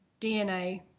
DNA